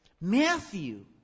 Matthew